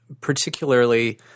Particularly